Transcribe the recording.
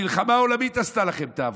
המלחמה העולמית עשתה לכם את העבודה.